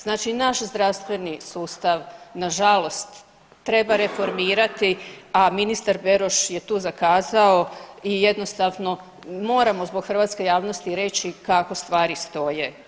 Znači, naš zdravstveni sustav na žalost treba reformirati, a ministar Beroš je tu zakazao i jednostavno moramo zbog hrvatske javnosti reći kako stvari stoje.